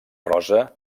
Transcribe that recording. rosa